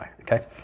okay